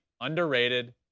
underrated